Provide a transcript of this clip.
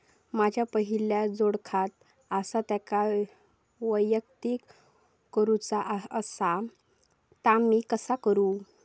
माझा पहिला जोडखाता आसा त्याका वैयक्तिक करूचा असा ता मी कसा करू?